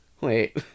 Wait